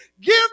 give